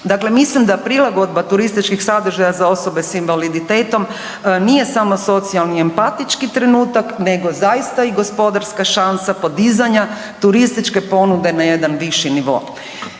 Dakle, mislim da prilagodba turističkih sadržaja za osobe s invaliditetom nije samo socijalni empatički trenutak nego zaista i gospodarska šansa podizanja turističke ponude na jedan viši nivo.